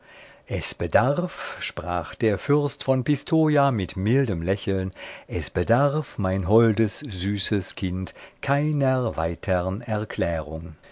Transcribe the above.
es bedarf sprach der fürst von pistoja mit mildem lächeln es bedarf mein holdes süßes kind keiner weitern erklärung